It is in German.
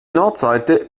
nordseite